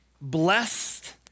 blessed